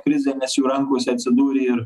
krizė nes jų rankose atsidūrė ir